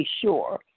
sure